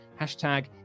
Hashtag